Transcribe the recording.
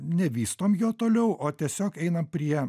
nevystom jo toliau o tiesiog einam prie